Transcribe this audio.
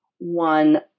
one